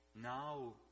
Now